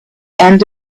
end